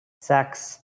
sex